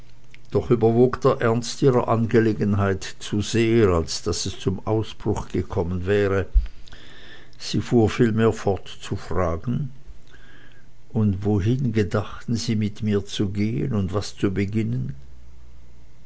doch überwog der ernst ihrer angelegenheit zu sehr als daß es zum ausbruch gekommen wäre sie fuhr vielmehr fort zu fragen und wohin gedachten sie mit mir zu gehen und was zu beginnen